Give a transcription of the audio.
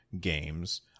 games